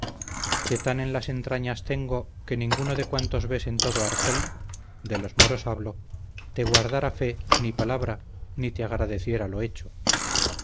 que tan en las entrañas tengo que ninguno de cuantos ves en todo argel de los moros hablo te guardara fe ni palabra ni te agradeciera lo hecho